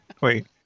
Wait